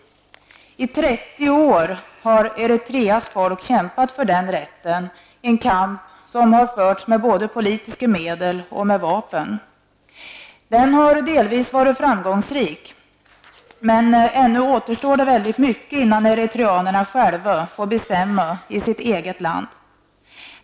I 30 år har Eritreas folk kämpat för den rätten, en kamp som har förts med både politiska medel och vapen. Den har delvis varit framgångsrik, men ännu återstår det väldigt mycket innan eritreanerna själva får bestämma i sitt eget land.